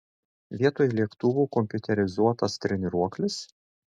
vietoj lėktuvų kompiuterizuotas treniruoklis